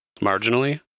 Marginally